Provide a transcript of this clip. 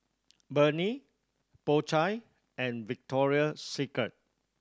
Burnie Po Chai and Victoria Secret